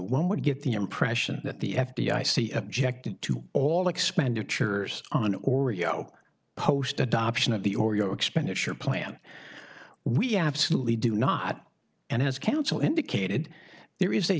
one would give the impression that the f b i see objected to all expenditures on an oreo post adoption of the oreo expenditure plan we absolutely do not and has counsel indicated there is a